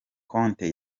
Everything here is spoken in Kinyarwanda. conte